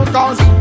Cause